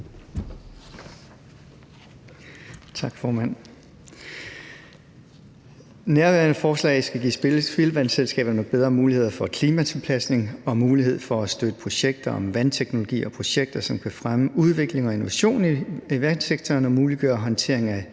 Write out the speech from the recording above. Tak, formand. Nærværende forslag skal give spildevandsselskaberne bedre muligheder for klimatilpasning og mulighed for at støtte projekter om vandteknologi og projekter, som kan fremme udvikling og innovation i vandsektoren, og muliggøre håndtering af